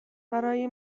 برای